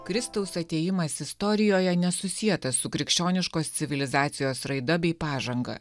kristaus atėjimas istorijoje nesusietas su krikščioniškos civilizacijos raida bei pažanga